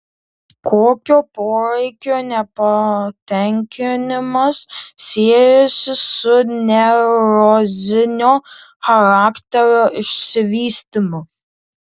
kokio poreikio nepatenkinimas siejasi su neurozinio charakterio išsivystymu